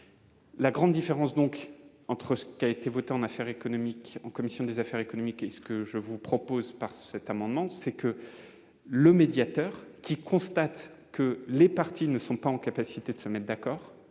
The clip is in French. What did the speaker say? La grande différence entre ce qui a été voté en commission des affaires économiques et ce que je vous propose par cet amendement, c'est que le médiateur, s'il constate que les parties ne sont pas en capacité de se mettre d'accord,